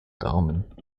daumen